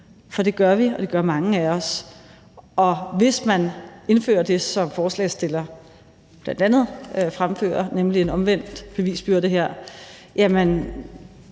For det gør vi, det gør mange af os, og hvis man indfører det, som forslagsstillerne bl.a. fremfører, nemlig en omvendt bevisbyrde her, så